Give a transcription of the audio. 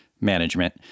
management